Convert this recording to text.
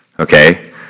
Okay